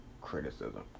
Criticism